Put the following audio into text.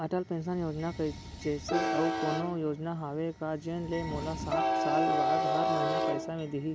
Atal pension Yojana जइसे अऊ कोनो योजना हावे का जेन ले मोला साठ साल बाद हर महीना पइसा दिही?